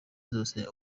zose